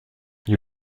you